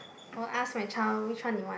or ask my child which one you want